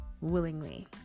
willingly